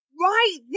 right